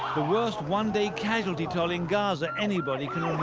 the worst one-day casualty toll in gaza anybody can